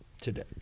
today